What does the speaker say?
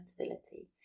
accountability